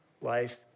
life